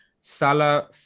Salah